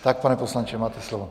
Tak, pane poslanče, máte slovo.